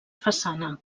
façana